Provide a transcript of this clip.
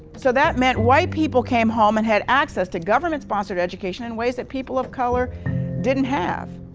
so that meant white people came home and had access to government-sponsored education in ways that people of color didn't have.